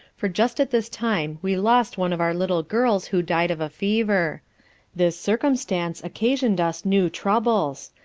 for just at this time we lost one of our little girls who died of a fever this circumstance occasion'd us new troubles,